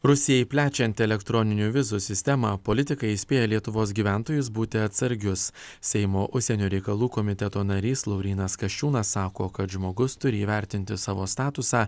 rusijai plečiant elektroninių vizų sistemą politikai įspėja lietuvos gyventojus būti atsargius seimo užsienio reikalų komiteto narys laurynas kasčiūnas sako kad žmogus turi įvertinti savo statusą